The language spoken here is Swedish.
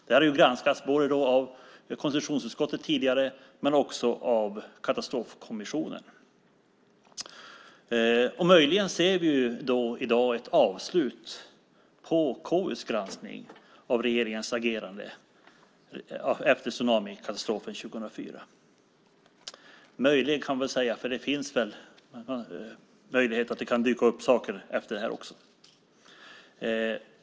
Det här har granskats av både konstitutionsutskottet tidigare och Katastrofkommissionen. Möjligen ser vi i dag ett avslut på KU:s granskning av regeringens agerande efter tsunamikatastrofen 2004. Man kan säga "möjligen", för det kan dyka upp saker även efter det här.